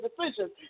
decisions